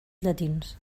llatins